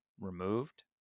removed